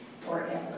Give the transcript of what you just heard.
forever